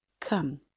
come